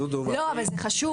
דודו מכיר --- לא זה חשוב,